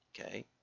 Okay